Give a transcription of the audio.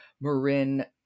Marin